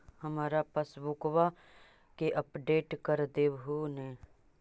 हमार पासबुकवा के अपडेट कर देहु ने?